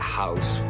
house